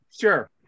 Sure